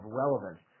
relevance